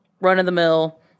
run-of-the-mill